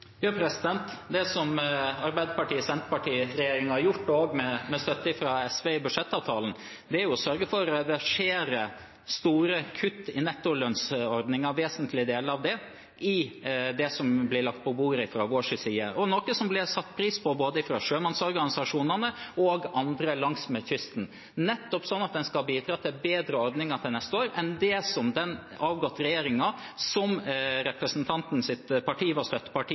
Det som Arbeiderparti–Senterparti-regjeringen har gjort i budsjettavtalen, også med støtte fra SV, er å sørge for å reversere store kutt i nettolønnsordningen, i vesentlige deler av den, i det som ble lagt på bordet fra vår side – noe som ble satt pris på av både sjømannsorganisasjonene og andre langs kysten – sånn at en skal vite at det er bedre ordninger til neste år enn det som den avgåtte regjeringen, som representantens parti var